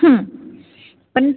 पण